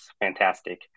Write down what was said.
fantastic